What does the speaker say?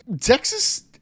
texas